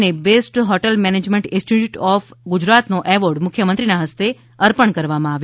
ને best hotel management institute of ગુજરાતનો award મુખ્યમંત્રીશ્રીના હસ્તે અર્પણ કરાયા હતા